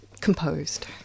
composed